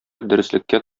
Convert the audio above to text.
дөреслеккә